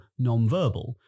nonverbal